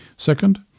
Second